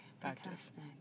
Fantastic